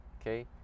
okay